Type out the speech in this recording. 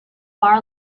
far